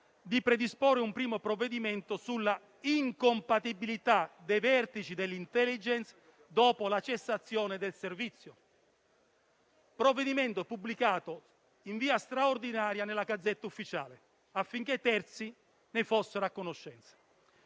di predisporre un primo provvedimento sulla incompatibilità dei vertici dell'Intelligence dopo la cessazione del servizio. Provvedimento pubblicato in via straordinaria nella Gazzetta Ufficiale, affinché terzi ne fossero a conoscenza.